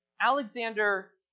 Alexander